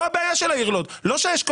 כאילו זאת הבעיה של העיר לוד ולא שהאשכול